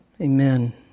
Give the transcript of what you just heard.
Amen